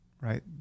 right